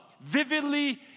vividly